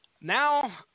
now